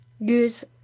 use